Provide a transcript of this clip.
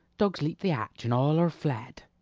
dogs leap the hatch, and all are fled.